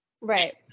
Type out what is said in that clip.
Right